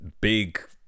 big